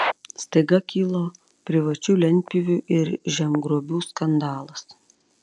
staiga kilo privačių lentpjūvių ir žemgrobių skandalas